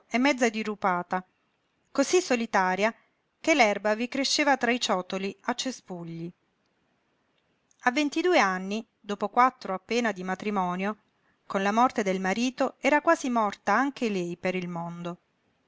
e mezza dirupata cosí solitaria che l'erba vi cresceva tra i ciottoli a cespugli a ventidue anni dopo quattro appena di matrimonio con la morte del marito era quasi morta anche lei per il mondo